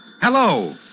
Hello